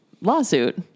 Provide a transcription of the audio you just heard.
lawsuit